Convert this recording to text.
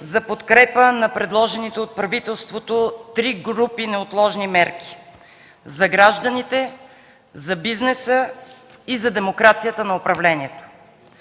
за подкрепа на предложените от правителството три групи неотложни мерки – за гражданите, за бизнеса и за демокрацията на управлението.